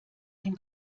ein